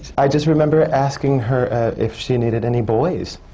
i just remember asking her if she needed any boys?